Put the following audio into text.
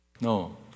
No